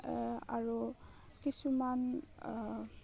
আৰু কিছুমান